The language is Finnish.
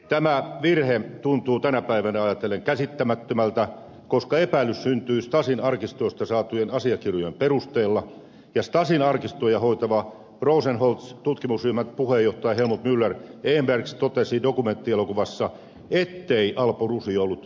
tämä virhe tuntuu tänä päivänä ajatellen käsittämättömältä koska epäilys syntyy stasin arkistoista saatujen asiakirjojen perusteella ja stasin arkistoja hoitava rosenholz tutkimusryhmän puheenjohtaja helmut muller enbergs totesi dokumenttielokuvassa ettei alpo rusi ollut stasin kontakti